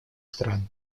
стран